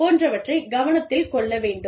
போன்றவற்றை கவனத்தில் கொள்ள வேண்டும்